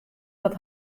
wat